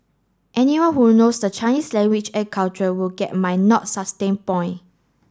anyone who knows the Chinese language and culture would get my not sustain point